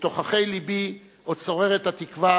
בתוככי לבי עוד שוררת התקווה,